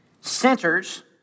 centers